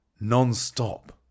non-stop